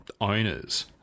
owners